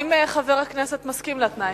האם חבר הכנסת מסכים לתנאי?